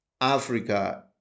Africa